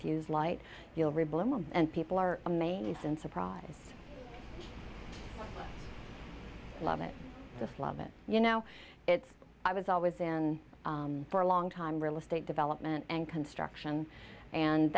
fuse light you'll read bloom and people are amazed and surprised love it just love it you know it's i was always in for a long time real estate development and construction and